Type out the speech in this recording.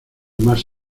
más